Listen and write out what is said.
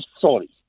sorry